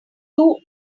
two